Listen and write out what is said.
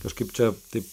kažkaip čia taip